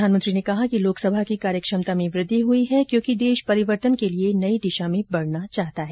प्रधानमंत्री ने कहा कि लोकसभा की कार्य क्षमता में वृद्धि हुई है क्योंकि देश परिवर्तन के लिए नई दिशा में बढना चाहता है